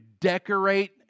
decorate